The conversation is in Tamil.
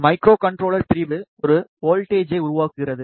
மைக்ரோகண்ட்ரோலர் பிரிவு ஒரு வோல்ட்டேஜை உருவாக்குகிறது